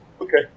Okay